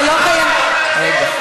זה לא חייב להיות,